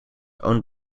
owned